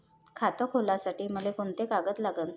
खात खोलासाठी मले कोंते कागद लागन?